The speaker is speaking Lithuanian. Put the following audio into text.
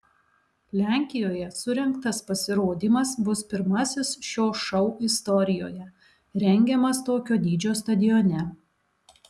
lenkijoje surengtas pasirodymas bus pirmasis šio šou istorijoje rengiamas tokio dydžio stadione